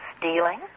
stealing